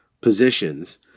positions